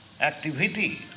activity